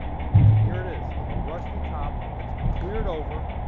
and here it is, a rusty top that's been cleared over.